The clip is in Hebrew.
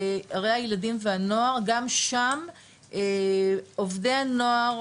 הרי הילדים והנוער גם שם עובדי הנוער,